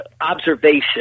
observation